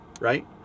right